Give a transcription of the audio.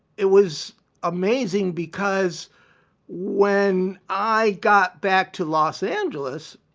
it was amazing because when i got back to los angeles,